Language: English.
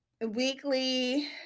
weekly